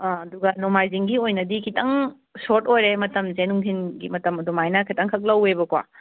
ꯑꯥ ꯑꯗꯨꯒ ꯅꯣꯡꯃꯥꯏꯖꯤꯡꯒꯤ ꯑꯣꯏꯅꯗꯤ ꯈꯤꯇꯪ ꯁꯣꯔꯠ ꯑꯣꯏꯔꯦ ꯃꯇꯝꯁꯦ ꯅꯨꯡꯗꯤꯟꯒꯤ ꯃꯇꯝ ꯑꯗꯨꯃꯥꯏꯅ ꯈꯩꯇꯪ ꯈꯛ ꯂꯧꯋꯦꯕꯀꯣ